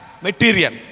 Material